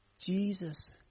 Jesus